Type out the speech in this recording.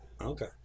Okay